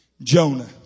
Jonah